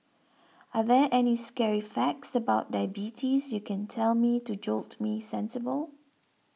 are there any scary facts about diabetes you can tell me to jolt me sensible